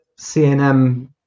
CNM